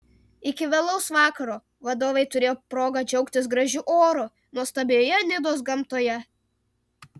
iki vėlaus vakaro vadovai turėjo progą džiaugtis gražiu oru nuostabioje nidos gamtoje